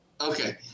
Okay